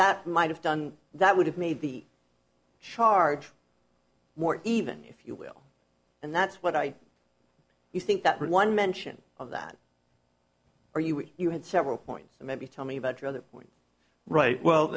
that might have done that would have made the charge more even if you will and that's what i think that one mention of that are you we you had several points maybe tell me about your other point right well